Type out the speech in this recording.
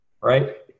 Right